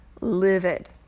livid